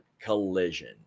collision